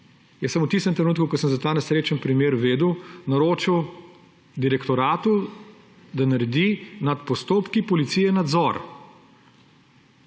Jaz sem v tistem trenutku, ko sem za ta nesrečen primer zvedel, naročil direktoratu, da naredi nad postopki policije nadzor.